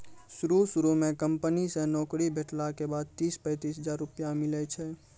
शुरू शुरू म कंपनी से नौकरी भेटला के बाद तीस पैंतीस हजार रुपिया मिलै छै